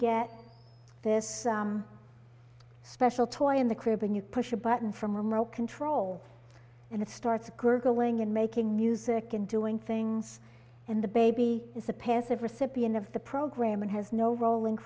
get this special toy in the crib and you push a button from rope control and it starts gurgling and making music and doing things and the baby is a passive recipient of the program and has no rol